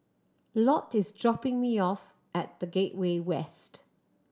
Lott is dropping me off at The Gateway West